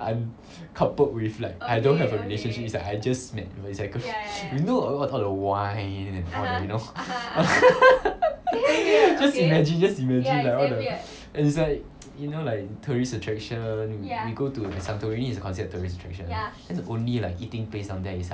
I am coupled with like I don't have a relationship is like I just met is like a you know what called the 歪 then 有一点怪 you know just imagine just imagine like what the and is like you know like tourist attraction we go to santorini is considered a tourist attraction then the only eating place down there is like